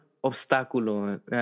obstáculo